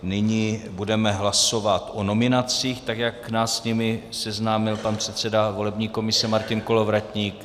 Nyní budeme hlasovat o nominacích, jak nás s nimi seznámil pan předseda volební komise Martin Kolovratník.